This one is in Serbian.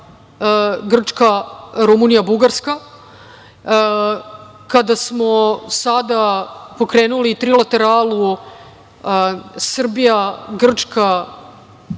Grčka, Rumunija, Bugarska, kada smo sada pokrenuli trilateralu Srbija, Grčka,